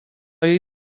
jej